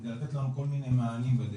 כדי לתת לנו כל מיני מענים בדרך,